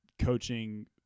coaching